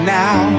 now